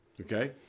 okay